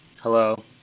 Hello